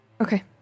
Okay